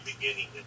beginning